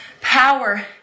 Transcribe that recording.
power